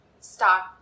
start